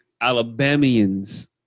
Alabamians